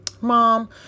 Mom